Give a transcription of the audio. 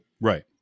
right